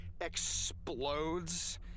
explodes